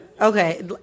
Okay